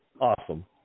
Awesome